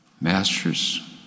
Masters